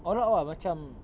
all out ah macam